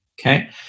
Okay